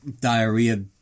diarrhea